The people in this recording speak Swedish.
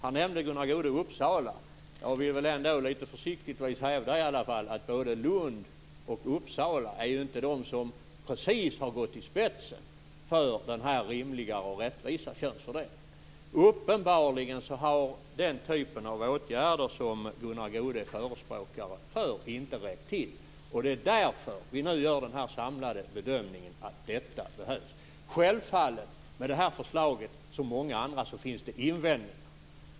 Gunnar Goude nämnde Uppsala. Jag vill då försiktigtvis hävda att varken Lund eller Uppsala precis hör till dem som har gått i spetsen för en rimligare och rättvis könsfördelning. Uppenbarligen har den typ av åtgärder som Gunnar Goude är förespråkare för inte räckt till. Det är därför vi nu gör den samlade bedömningen att detta behövs. Självfallet finns det invändningar mot det här förslaget, precis som mot andra förslag.